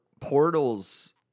portals